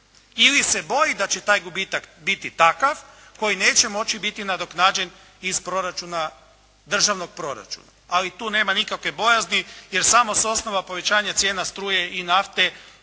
ili se boji da će taj gubitak biti takav koji neće moći biti nadoknađen iz proračuna, državnog proračuna. Ali tu nema nikakve bojazni, jer samo s osnova povećanja cijena struje i nafte